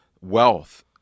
wealth